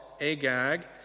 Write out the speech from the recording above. Agag